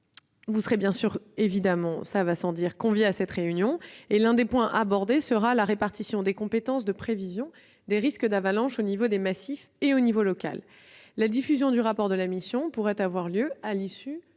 vous serez bien évidemment convié, pourra être préparée avec vous en amont. L'un des points abordés sera la répartition des compétences de prévision des risques d'avalanche au niveau des massifs et au niveau local. La diffusion du rapport de la mission pourrait avoir lieu à l'issue